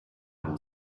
will